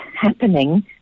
happening